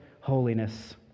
holiness